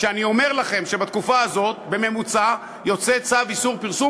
אני אומר לכם שבתקופה הזאת בממוצע יוצא צו איסור פרסום